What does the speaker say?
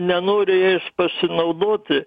nenori jais pasinaudoti